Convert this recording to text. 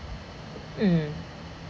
mm